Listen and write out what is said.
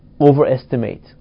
overestimate